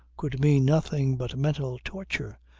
could mean nothing but mental torture,